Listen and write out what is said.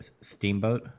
Steamboat